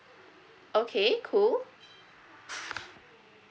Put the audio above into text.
okay cool